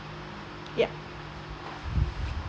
yup